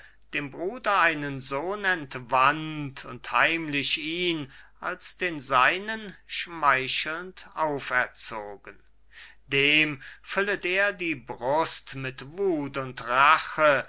dem bruder einen sohn entwandt und heimlich ihn als den seinen schmeichelnd auferzogen dem füllet er die brust mit wuth und rache